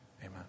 Amen